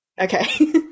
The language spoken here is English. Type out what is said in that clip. Okay